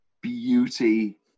beauty